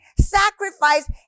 sacrifice